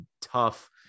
tough